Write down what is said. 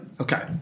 Okay